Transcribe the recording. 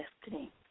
destiny